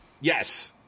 Yes